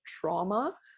trauma